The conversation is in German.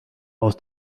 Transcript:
aus